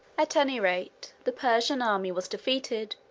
at any rate, the persian army was defeated,